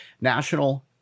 National